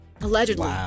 Allegedly